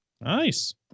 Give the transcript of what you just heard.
Nice